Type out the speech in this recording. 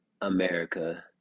America